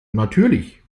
natürlich